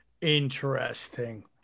interesting